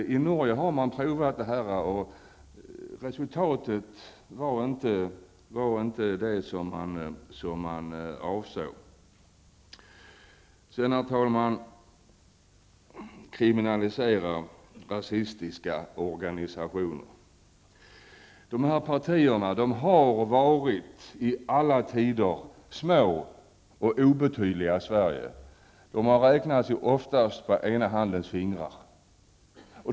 I Norge har man provat detta, och resultatet blev inte det avsedda. Herr talman! Det talas om att kriminalisera rasistiska organisationer. Dessa partier har i alla tider varit små och obetydliga i Sverige. De har ofta kunnat räknas på ena handens fingrar.